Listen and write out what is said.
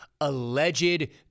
alleged